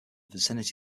vicinity